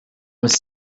was